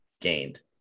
gained